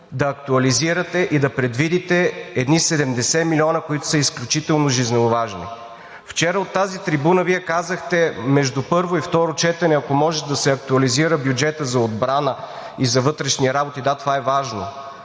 да актуализирате и да предвидите едни 70 милиона, които са изключително жизненоважни. Вчера от тази трибуна Вие казахте: между първо и второ четене, ако може, да се актуализира бюджетът за отбрана и за вътрешни работи. Да, това е важно,